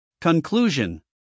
Conclusion